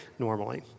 normally